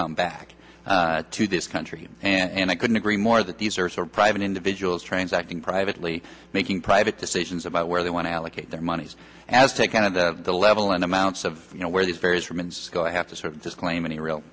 come back to this country and i couldn't agree more that these are private individuals transacting privately making private decisions about where they want to allocate their monies has taken to the level and amounts of you know where these various regions have to sort of disclaim any real